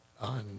on, –